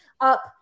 up